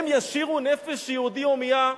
הם ישירו "נפש יהודי הומייה"?